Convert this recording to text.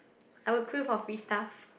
I would queue for free stuff